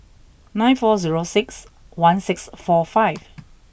nine four zero six one six four five